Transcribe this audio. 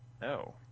No